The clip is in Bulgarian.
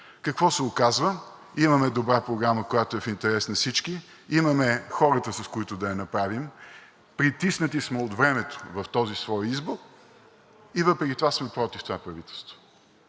Какво се оказва? Имаме добра програма, която е в интерес на всички. Имаме хората, с които да я направим. Притиснати сме от времето в този свой избор и въпреки това сме против това правителство